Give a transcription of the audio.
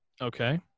Okay